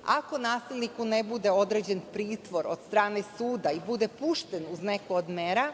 Ako nasilniku ne bude određen pritvor od strane suda i bude pušten uz neku od mera,